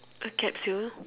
a capsule